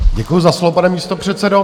Děkuji za slovo, pane místopředsedo.